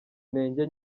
intege